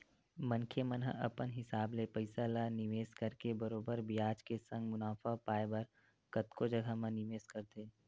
मनखे मन ह अपन हिसाब ले पइसा ल निवेस करके बरोबर बियाज के संग मुनाफा पाय बर कतको जघा म निवेस करथे